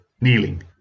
kneeling